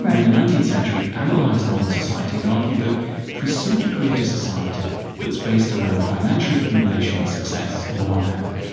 the nineteenth century, analyzed modern society and argued that if we simply create a society that's based around financial accumulation and success on the one hand,